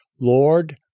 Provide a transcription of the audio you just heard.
Lord